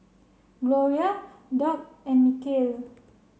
Gloria Dock and Michale